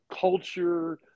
culture